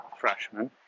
freshman